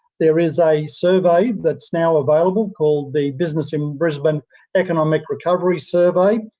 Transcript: there is a survey that is now available called the business in brisbane economic recovery survey.